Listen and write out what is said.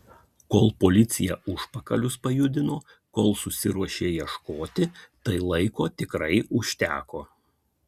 kol policija užpakalius pajudino kol susiruošė ieškoti tai laiko tikrai užteko